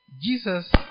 Jesus